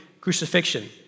crucifixion